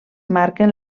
marquen